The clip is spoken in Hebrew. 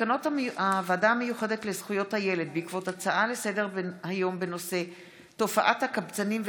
מסקנות הוועדה המיוחדת לזכויות הילד בעקבות דיון בהצעתם של